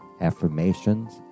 affirmations